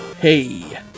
Hey